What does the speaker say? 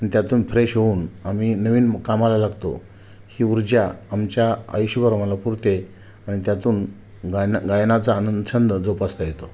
त्यातून फ्रेश होऊन आम्ही नवीन मुक्कामाला लागतो ही ऊर्जा आमच्या आयुष्यभर आम्हाला पुरते आणि त्यातून गायना गायनाचा आनंद छंद जोपासता येतो